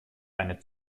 eine